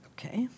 Okay